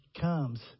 comes